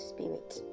spirit